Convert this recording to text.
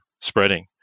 spreading